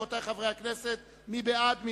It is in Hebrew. מי בעד?